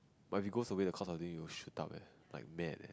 but if it goes away the cost of living will shoot up eh like mad eh